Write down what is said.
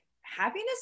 happiness